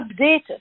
updated